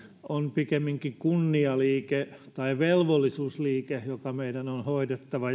on pikemminkin kunnialiike tai velvollisuusliike joka meidän on hoidettava